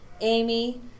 Amy